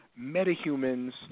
metahumans